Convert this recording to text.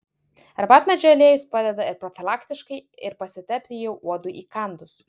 arbatmedžio aliejus padeda ir profilaktiškai ir pasitepti jau uodui įkandus